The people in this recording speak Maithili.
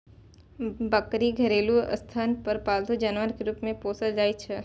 बकरी घरेलू स्तर पर पालतू जानवर के रूप मे पोसल जाइ छै